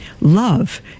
Love